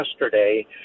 yesterday